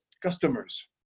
customers